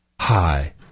Hi